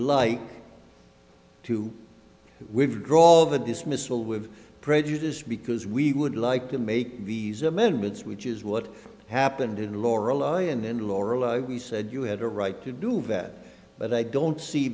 like to withdraw the dismissal with prejudice because we would like to make visa amendments which is what happened in lorelei and in lorillard we said you had a right to do that but i don't see